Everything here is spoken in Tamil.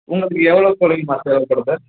உங்களுக்கு எவ்வளோ கோழிங்கம்மா தேவைப்படுது